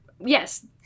Yes